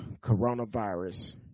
coronavirus